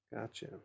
Gotcha